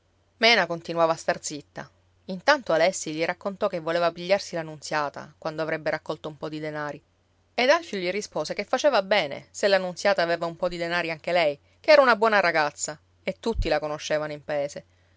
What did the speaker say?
mena continuava a star zitta intanto alessi gli raccontò che voleva pigliarsi la nunziata quando avrebbe raccolto un po di denari ed alfio gli rispose che faceva bene se la nunziata aveva un po di denari anche lei ché era una buona ragazza e tutti la conoscevano in paese